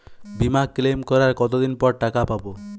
বিমা ক্লেম করার কতদিন পর টাকা পাব?